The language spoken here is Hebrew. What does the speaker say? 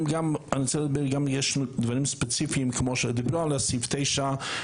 יש דברים ספציפיים כמו סעיף 9 שדיברו עליו.